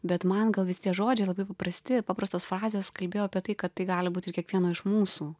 bet man gal visi tie žodžiai labai paprasti paprastos frazės kalbėjo apie tai kad tai gali būt ir kiekvieno iš mūsų